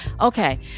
Okay